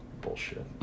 Bullshit